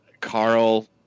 Carl